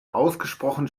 ausgesprochen